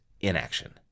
inaction